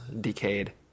decayed